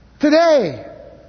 Today